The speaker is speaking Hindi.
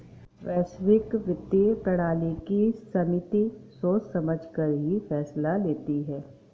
वैश्विक वित्तीय प्रणाली की समिति सोच समझकर ही फैसला लेती है